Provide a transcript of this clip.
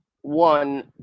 one